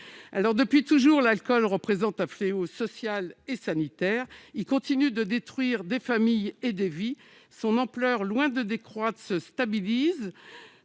Depuis toujours, l'alcool représente un fléau social et sanitaire. Il continue de détruire des familles et des vies. Son ampleur, loin de décroître, se stabilise.